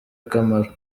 akamaro